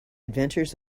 adventures